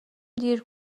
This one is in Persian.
دیر